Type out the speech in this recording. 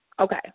Okay